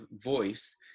voice